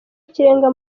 ikirenga